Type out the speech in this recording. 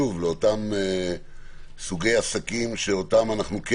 שוב לאותם סוגי עסקים שאותם אנחנו כן